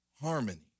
harmony